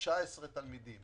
ל-19 תלמידים